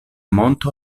monto